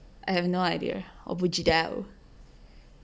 I have no idea 我不知道